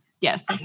Yes